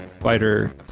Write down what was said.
Fighter